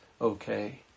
okay